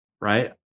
right